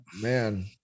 Man